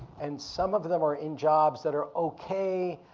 and some of them are in jobs that are okay,